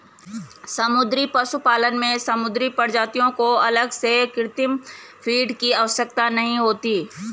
समुद्री पशुपालन में समुद्री प्रजातियों को अलग से कृत्रिम फ़ीड की आवश्यकता नहीं होती